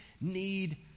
need